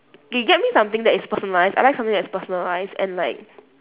they get me something that is personalised I like something that's personalised and like